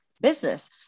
business